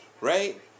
right